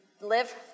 live